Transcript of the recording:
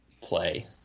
play